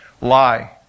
Lie